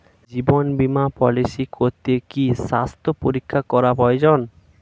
জীবন বীমা পলিসি করতে কি স্বাস্থ্য পরীক্ষা করা প্রয়োজন?